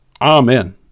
Amen